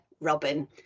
Robin